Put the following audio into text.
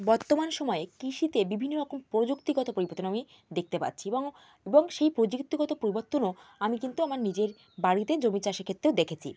বর্তমান সময়ে কৃষিতে বিভিন্ন রকম প্রযুক্তিগত পরিবর্তন আমি দেখতে পাচ্ছি এবং এবং এবং সেই প্রযুক্তিগত পরিবর্তনও আমি কিন্তু আমার নিজের বাড়িতে জমি চাষের ক্ষেত্রেও দেখেছি